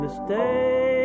stay